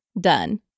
done